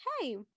hey